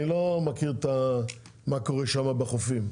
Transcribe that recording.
אני לא מכיר מה קורה שם בחופים,